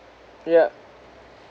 yeah